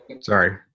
sorry